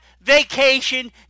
vacation